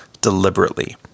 deliberately